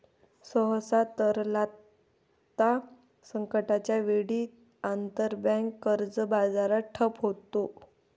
सहसा, तरलता संकटाच्या वेळी, आंतरबँक कर्ज बाजार ठप्प होतो